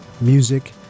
music